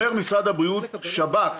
שב"כ